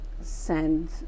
send